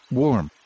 warm